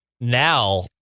now